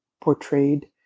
portrayed